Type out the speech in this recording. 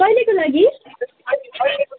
कहिलेको लागि